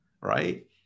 right